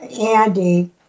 Andy